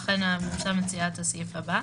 לכן הממשלה מציעה את הסעיף הבא.